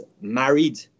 married